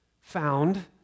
found